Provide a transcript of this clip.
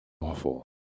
awful